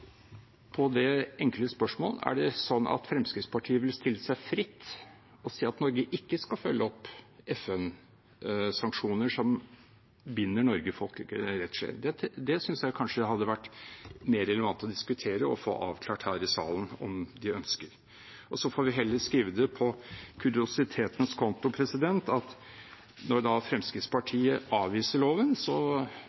på det enkle spørsmål: Er det sånn at Fremskrittspartiet vil stille seg fritt og si at Norge ikke skal følge opp FN-sanksjoner som binder Norge folkerettslig? Det synes jeg kanskje det hadde vært mer relevant å diskutere og få avklart her i salen om de ønsker. Og vi får heller skrive det på kuriositetens konto at når Fremskrittspartiet da